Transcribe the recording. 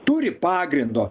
turi pagrindo